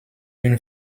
une